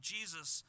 Jesus